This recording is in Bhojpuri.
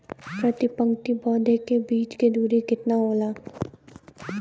प्रति पंक्ति पौधे के बीच की दूरी केतना होला?